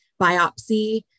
biopsy